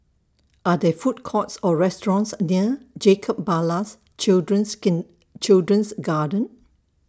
Are There Food Courts Or restaurants near Jacob Ballas Children's Children's Garden